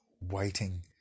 waiting